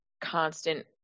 constant –